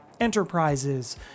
enterprises